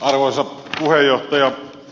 arvoisa puheenjohtaja